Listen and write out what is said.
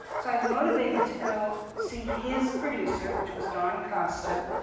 so i was motivated to go see his producer, which was don costa,